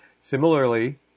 Similarly